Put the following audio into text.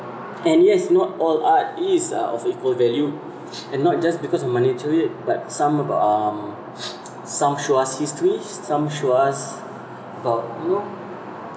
and yes not all art is uh of equal value and not just because of monetary but some of um some show us histories some show us about you know